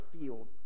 field